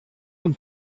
han